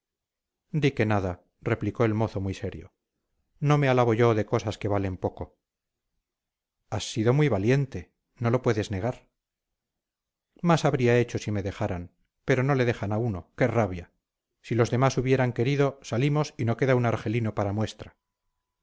di que nada replicó el mozo muy serio no me alabo yo de cosas que valen poco has sido muy valiente no lo puedes negar más habría hecho si me dejaran pero no le dejan a uno qué rabia si los demás hubieran querido salimos y no queda un argelino para muestra